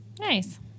Nice